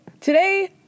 Today